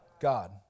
God